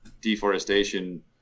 deforestation